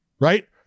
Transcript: right